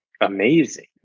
amazing